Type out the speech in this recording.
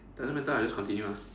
doesn't matter ah just continue ah